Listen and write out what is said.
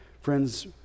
Friends